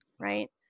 right